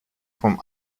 vom